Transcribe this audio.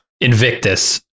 Invictus